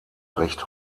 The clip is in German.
recht